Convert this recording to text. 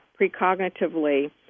precognitively